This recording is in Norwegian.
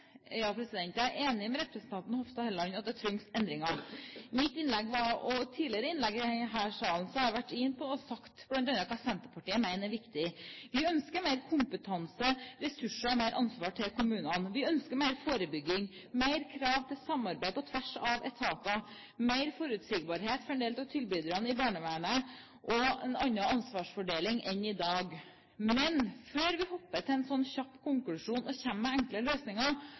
Ja, jeg er enig med representanten Hofstad Helleland i at det trengs endringer. I mitt tidligere innlegg her var jeg bl.a. inne på hva Senterpartiet mener er viktig. Vi ønsker mer kompetanse og ressurser, og mer ansvar til kommunene. Vi ønsker mer forebygging, mer krav til samarbeid på tvers av etater, mer forutsigbarhet for en del av tilbyderne i barnevernet, og en annen ansvarsfordeling enn i dag. Men før vi hopper til en slik kjapp konklusjon og kommer med enkle løsninger,